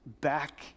back